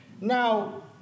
Now